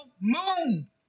moon